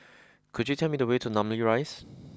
could you tell me the way to Namly Rise